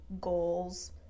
goals